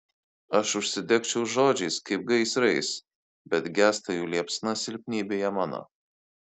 aš užsidegčiau žodžiais kaip gaisrais bet gęsta jų liepsna silpnybėje mano